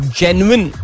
genuine